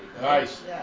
Nice